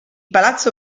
palazzo